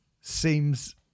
seems